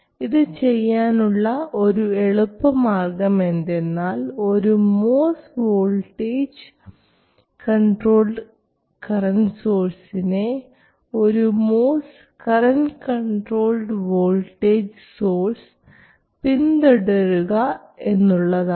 ഇത് ചെയ്യാനുള്ള ഒരു എളുപ്പമാർഗ്ഗം എന്തെന്നാൽ ഒരു MOS വോൾട്ടേജ് കൺട്രോൾഡ് കറൻറ് സോഴ്സിനെ ഒരു MOS current controlled voltage source പിന്തുടരുക എന്നതാണ്